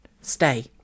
stay